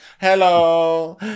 Hello